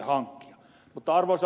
arvoisa puhemies